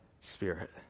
Spirit